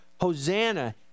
hosanna